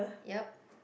yup